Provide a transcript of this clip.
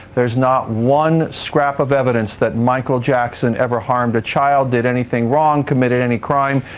there is not one scrap of evidence that michael jackson ever harmed a child, did anything wrong, committed any crime.